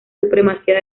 supremacía